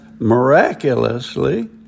Miraculously